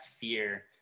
fear